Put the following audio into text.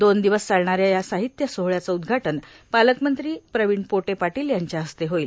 दोन दिवस चालणाऱ्या या साहित्यसोहळ्याचं उद्घाटन पालकमंत्री प्रवीण पोटे पाटील यांच्या हस्ते होईल